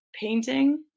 painting